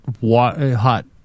hot